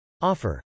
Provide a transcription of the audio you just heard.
Offer